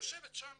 יושבת שם